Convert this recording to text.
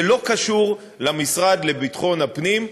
זה לא קשור למשרד לביטחון הפנים,